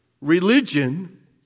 Religion